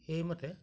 সেইমতে